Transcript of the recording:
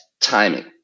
timing